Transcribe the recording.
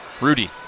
Rudy